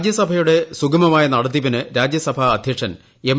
രാജ്യസഭയുടെ സുഗമമായ നടത്തിപ്പിന് രാജ്യസഭ അദ്ധ്യക്ഷൻ എം